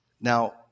Now